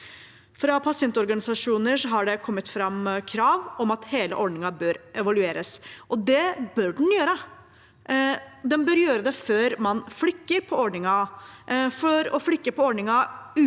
Fra pasientorganisasjoner har det kommet krav om at hele ordningen bør evalueres, og det bør man gjøre. Det bør gjøres før man flikker på ordningen,